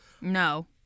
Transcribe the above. No